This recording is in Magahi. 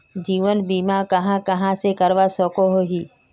जीवन बीमा कहाँ कहाँ से करवा सकोहो ही?